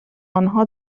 آنها